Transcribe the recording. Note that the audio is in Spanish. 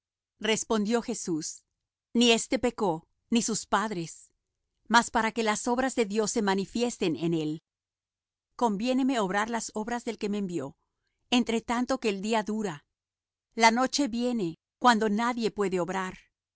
respondió jesús ni éste pecó ni sus padres mas para que las obras de dios se manifiesten en él conviéneme obrar las obrar del que me envió entre tanto que el día dura la noche viene cuando nadie puede obrar